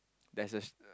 there's a